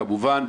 כמובן.